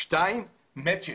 שנית מצ'ינג.